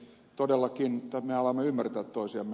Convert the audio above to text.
me alamme todellakin ymmärtää toisiamme